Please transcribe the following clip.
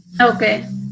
Okay